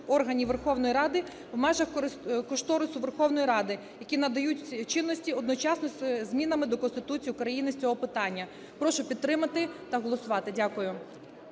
органів Верховної Ради в межах кошторису Верховної Ради, які надають чинності одночасно зі змінами до Конституції України з цього питання. Прошу підтримати та голосувати. Дякую.